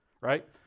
right